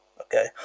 Okay